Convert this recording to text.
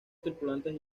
tripulantes